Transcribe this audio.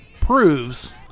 proves